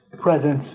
presence